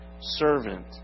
servant